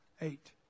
eight